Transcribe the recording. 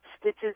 Stitches